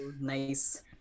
Nice